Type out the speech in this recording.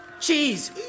Cheese